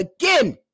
again